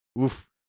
Oof